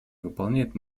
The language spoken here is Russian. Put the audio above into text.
выполняет